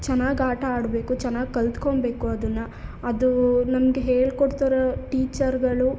ಚೆನ್ನಾಗಿ ಆಟ ಆಡಬೇಕು ಚೆನ್ನಾಗಿ ಕಲ್ತ್ಕೊಬೇಕು ಅದನ್ನು ಅದು ನಮಗೆ ಹೇಳಿಕೊಡ್ತಿರೋ ಟೀಚರ್ಗಳು